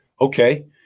okay